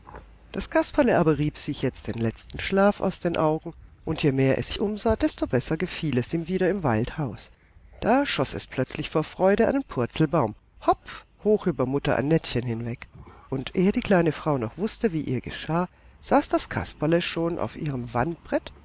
das kasperle aber rieb sich jetzt den letzten schlaf aus den augen und je mehr es sich umsah desto besser gefiel es ihm wieder im waldhaus da schoß es plötzlich vor freude einen purzelbaum hopp hoch über mutter annettchen hinweg und ehe die kleine frau noch wußte wie ihr geschah saß das kasperle schon auf ihrem wandbrett